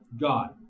God